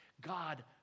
God